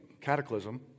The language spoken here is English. cataclysm